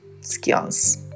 skills